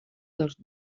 dos